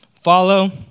follow